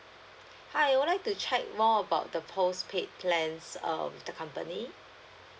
hi I would like to check more about the postpaid plans uh with the company